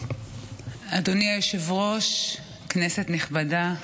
אדוני היושב-ראש, כנסת נכבדה,